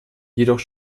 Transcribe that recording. jedoch